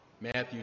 Matthew